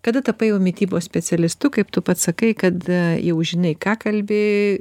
kada tapai jau mitybos specialistu kaip tu pats sakai kad ee jau žinai ką kalbi